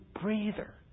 breather